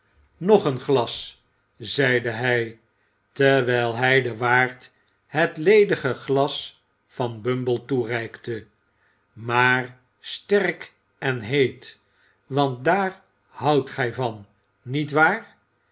nog een glas zeide hij terwijl hij den waard het ledige glas van bumble toereikte maar sterk en heet want daar houdt gij van niet waar